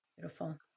Beautiful